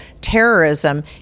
terrorism